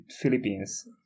Philippines